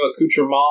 accoutrement